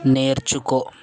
నేర్చుకో